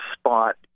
spot